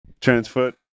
Transfoot